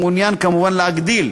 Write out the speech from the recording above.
מעוניין כמובן להגדיל